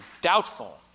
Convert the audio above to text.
doubtful